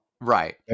Right